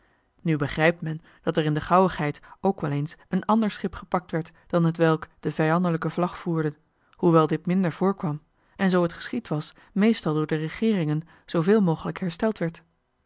nu begrijpt men dat er in de gauwigheid ook wel eens een ander schip gepakt werd dan hetwelk de vijandelijke vlag voerde hoewel dit minder voorkwam en zoo het geschied was meestal door de regeeringen zooveel mogelijk hersteld werd